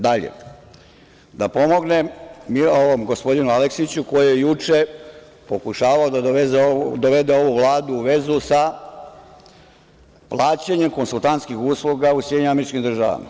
Dalje, da pomognem gospodinu Aleksiću, koji je juče pokušavao da dovede ovu Vladu u vezu sa plaćanjem konsultantskih usluga u SAD.